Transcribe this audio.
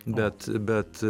bet bet